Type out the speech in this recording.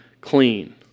clean